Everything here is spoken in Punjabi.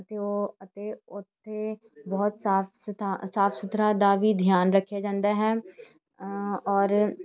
ਅਤੇ ਉਹ ਅਤੇ ਉੱਥੇ ਬਹੁਤ ਸਾਫ ਸਥਾ ਸਾਫ ਸੁਥਰਾ ਦਾ ਵੀ ਧਿਆਨ ਰੱਖਿਆ ਜਾਂਦਾ ਹੈ ਔਰ